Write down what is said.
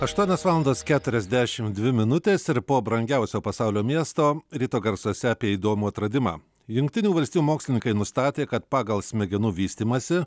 aštuonios valandos keturiasdešimt dvi minutės ir po brangiausio pasaulio miesto ryto garsuose apie įdomų atradimą jungtinių valstijų mokslininkai nustatė kad pagal smegenų vystymąsi